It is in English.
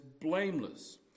blameless